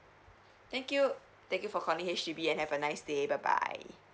thank you thank you for calling H_D_B and have a nice day bye bye